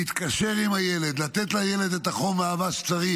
להתקשר עם הילד, לתת לילד את החום והאהבה שצריך,